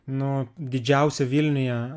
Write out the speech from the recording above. nu didžiausią vilniuje